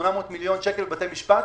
800 מיליון שקל בבתי משפט.